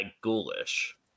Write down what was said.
ghoulish